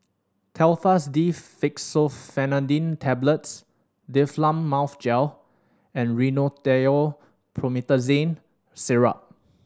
Telfast D Fexofenadine Tablets Difflam Mouth Gel and Rhinathiol Promethazine Syrup